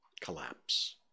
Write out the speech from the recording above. collapse